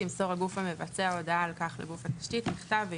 ימסור הגוף המבצע הודעה בכתב על כך לגוף התשתית וייראו